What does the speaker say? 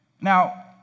Now